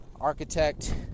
Architect